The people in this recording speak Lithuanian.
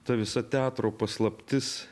ta visa teatro paslaptis